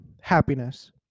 happiness